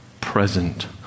present